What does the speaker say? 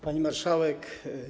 Pani Marszałek!